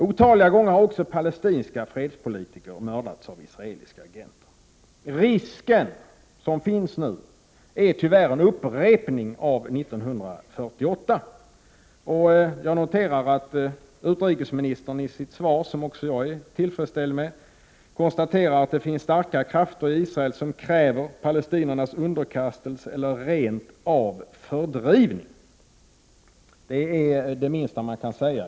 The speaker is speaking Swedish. Otaliga gånger har också palestinska fredspolitiker mördats av israeliska agenter. Nu finns det tyvärr risk för upprepning av händelserna 1948. Jag noterar att utrikesministern i sitt svar, som också jag är tillfredsställd med, konstaterar att det finns starka krafter i Israel som kräver palestiniernas underkastelse eller rent av fördrivning. Det är det minsta man kan säga.